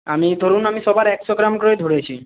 আমি ধরুন আমি সবার একশো গ্রাম করে ধরেছি